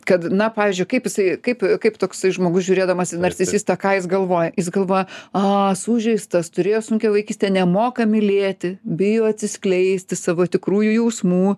kad na pavyzdžiui kaip jisai kaip kaip toksai žmogus žiūrėdamas į narcisistą ką jis galvoja jis galvoja aha sužeistas turėjo sunkią vaikystę nemoka mylėti bijo atsiskleisti savo tikrųjų jausmų